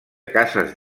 cases